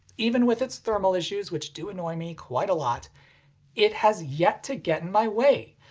even with its thermal issues which do annoy me quite a lot it has yet to get in my way.